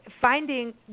finding –